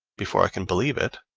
before i can believe it.